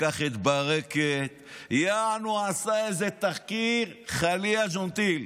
לקח את ברקת, יעני עשה איזה תחקיר חליאה ז'נטיל.